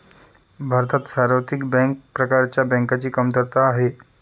भारतात सार्वत्रिक बँक प्रकारच्या बँकांची कमतरता आहे